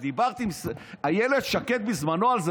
כשדיברתי עם אילת שקד בזמנו על זה,